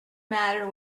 matter